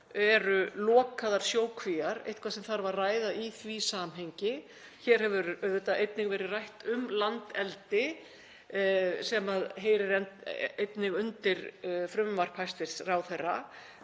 eru lokaðar sjókvíar eitthvað sem þarf að ræða í því samhengi. Hér hefur auðvitað einnig verið rætt um landeldi sem heyrir einnig undir frumvarp hæstv. ráðherra.